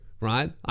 right